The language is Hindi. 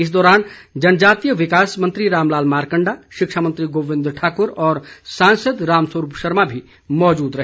इस दौरान जनजातीय विकास मंत्री रामलाल मारकंडा शिक्षा मंत्री गोविंद ठाकुर और सांसद रामस्वरूप शर्मा भी मौजूद रहे